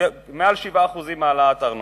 מעל 7% העלאת ארנונה.